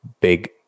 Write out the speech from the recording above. Big